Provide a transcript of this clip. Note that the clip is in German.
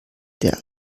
der